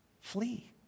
Flee